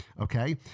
okay